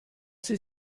sie